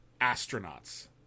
astronauts